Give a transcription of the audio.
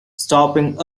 stopping